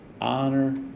honor